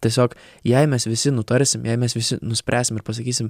tiesiog jei mes visi nutarsim jei mes visi nuspręsim ir pasakysim